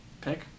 pick